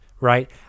right